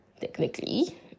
Technically